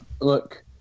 Look